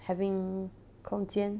having 空间